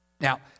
Now